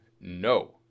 no